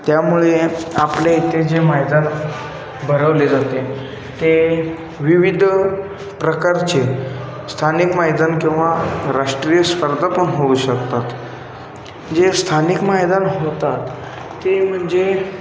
त्यामुळे आपल्या इथे जे मैदान भरवले जाते ते विविध प्रकारचे स्थानिक मैदान किंवा राष्ट्रीय स्पर्धा पण होऊ शकतात जे स्थानिक मैदान होतात ते म्हणजे